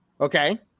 okay